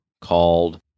called